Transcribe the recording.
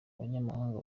abanyamahanga